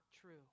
true